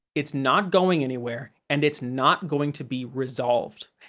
it's not going anywhere, and it's not going to be resolved.